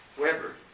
Weber